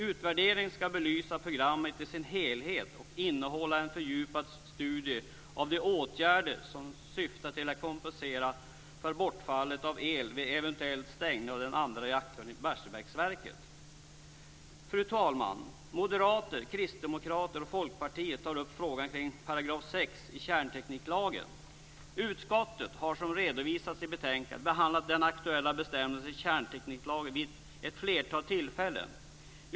Utvärderingen ska belysa programmet i sin helhet och innehålla en fördjupad studie av de åtgärder som syftar till att kompensera för bortfallet av el vid eventuell stängning av den andra reaktorn i Barsebäcksverket. Fru talman! Moderater, kristdemokrater och folkpartister tar upp frågan kring 6 § i kärntekniklagen. Utskottet har, som redovisats i betänkandet, behandlat den aktuella bestämmelsen i kärntekniklagen vid ett flertal tillfällen.